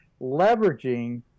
leveraging